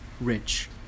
rich